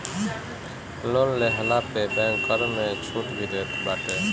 loan लेहला पे bank कर में छुट भी देत बाटे